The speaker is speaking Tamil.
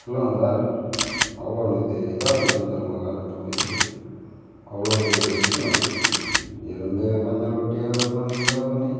சொல்லுங்கள் சார் அவ்வளோ நேற்று இதாக போயிடுச்சிங்க சார் உங்கள் கார் எடுத்துகிட்டு போய் அவ்வளோ பெரிய ரிஸ்க் நேற்று இருந்து பஞ்சர் ஒட்டி அதை பண்ணி இதை பண்ணி